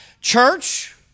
church